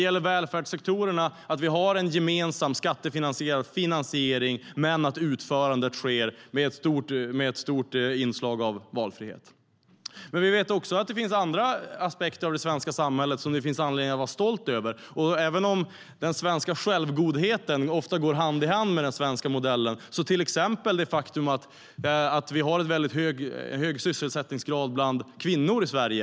Inom välfärdssektorerna har vi en gemensam skattefinansiering, men utförandet sker med ett stort inslag av valfrihet. Men vi vet också att det finns andra aspekter av det svenska samhället som det finns anledning att vara stolt över, även om den svenska självgodheten ofta går hand i hand med den svenska modellen. Till exempel har vi en väldigt hög sysselsättningsgrad bland kvinnor i Sverige.